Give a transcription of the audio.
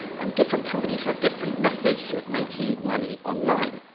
and different companies have different methods of making money online.